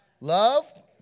Love